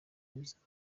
bizaba